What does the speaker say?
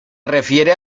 refiere